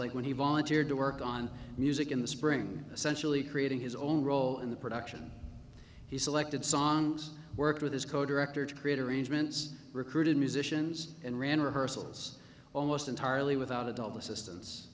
like when he volunteered to work on music in the spring essentially creating his own role in the production he selected songs worked with his co director to create arrangements recruited musicians and ran rehearsals almost entirely without adult assistance